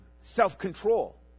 Self-control